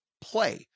play